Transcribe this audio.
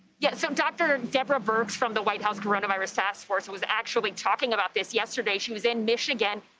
yeah so dr. deborah birx from the white house coronavirus task force, was actually talking about this yesterday. he was in michigan,